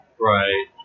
Right